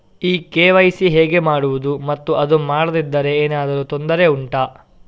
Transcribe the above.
ಈ ಕೆ.ವೈ.ಸಿ ಹೇಗೆ ಮಾಡುವುದು ಮತ್ತು ಅದು ಮಾಡದಿದ್ದರೆ ಏನಾದರೂ ತೊಂದರೆ ಉಂಟಾ